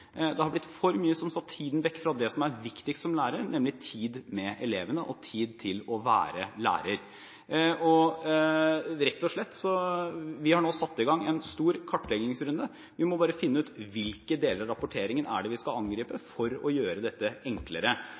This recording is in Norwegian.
for mye som tar tiden vekk fra det som er viktigst for læreren, nemlig tid med elevene og tid til å være lærer. Vi har nå satt i gang en stor kartleggingsrunde. Vi må bare finne ut hvilke deler av rapporteringen vi skal angripe for å gjøre dette enklere.